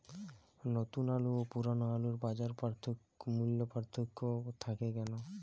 নতুন আলু ও পুরনো আলুর বাজার মূল্যে পার্থক্য থাকে কেন?